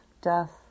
death